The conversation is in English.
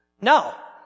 No